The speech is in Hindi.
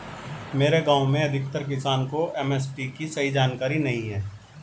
मेरे गांव में अधिकतर किसान को एम.एस.पी की सही जानकारी नहीं है